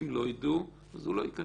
אם לא ידעו, אז הוא לא ייכנס.